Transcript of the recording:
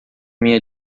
minha